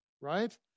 right